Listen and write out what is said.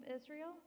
Israel